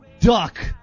duck